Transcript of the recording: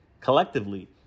Collectively